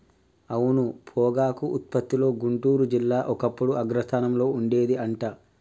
అవును పొగాకు ఉత్పత్తిలో గుంటూరు జిల్లా ఒకప్పుడు అగ్రస్థానంలో ఉండేది అంట